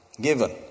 Given